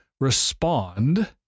respond